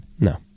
no